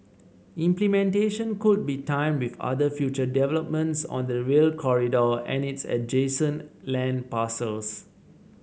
implementation could be timed with other future developments on the Rail Corridor and its adjacent land parcels